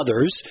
others